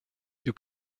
you